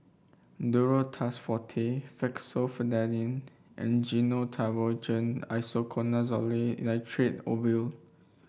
Duro Tuss Forte Fexofenadine and Gyno Travogen Isoconazole Nitrate Ovule